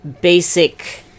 basic